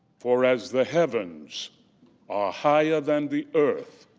for as the heavens are higher than the earth,